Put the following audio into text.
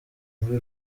muri